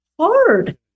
hard